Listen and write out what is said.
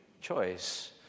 choice